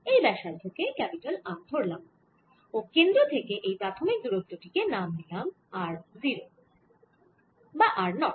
এই ব্যাসার্ধ কে R ধরলাম ও কেন্দ্র থেকে এই প্রাথমিক দূরত্ব টি কে নাম দিলাম r 0